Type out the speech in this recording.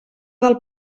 del